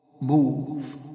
Move